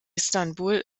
istanbul